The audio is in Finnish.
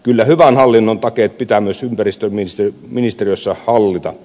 kyllä hyvän hallinnon takeet pitää myös ympäristöministeriössä hallita